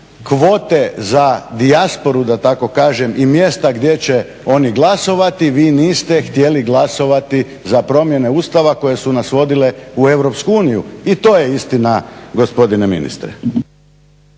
kvote za dijasporu, da tako kažem, i mjesta gdje će oni glasovati vi niste htjeli glasovati za promjene Ustava koje su nas vodile u Europsku uniju. I to je istina gospodine ministre.